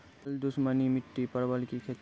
बल दुश्मनी मिट्टी परवल की खेती?